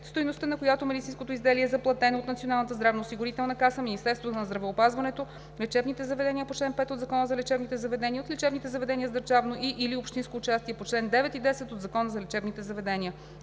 стойността, на която медицинското изделие е заплатено от Националната здравноосигурителна каса, Министерството на здравеопазването, лечебните заведения по чл. 5 от Закона за лечебните заведения и от лечебните заведения с държавно и/или общинско участие по чл. 9 и 10 от Закона за лечебните заведения.“;